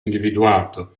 individuato